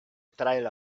trail